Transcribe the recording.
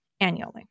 annually